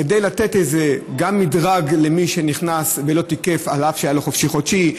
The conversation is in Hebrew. כדי לתת איזה גם מדרג למי שנכנס ולא תיקף אף שהיה לו חופשי חודשי,